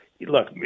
look